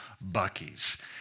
Bucky's